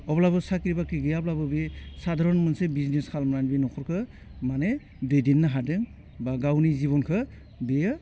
अब्लाबो साख्रि बाख्रि गैयाब्लाबो बे साधारण मोनसे बिजनेस खालामनानै बि नख'रखौ माने दैदेननो हादों बा गावनि जिबनखौ बेयो